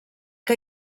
que